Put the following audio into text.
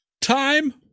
Time